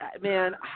Man